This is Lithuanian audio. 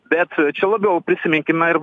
bet čia labiau prisiminkime ir